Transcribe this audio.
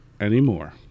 anymore